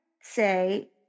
say